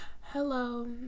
hello